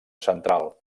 central